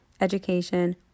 education